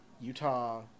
Utah